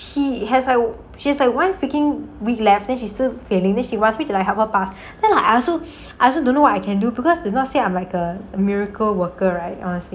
she has a she has a like one freaking week left then she still failing then she wants me to like help her pass then I also I also don't know what I can do because it's not say I'm like a miracle worker right honestly